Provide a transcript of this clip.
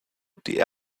die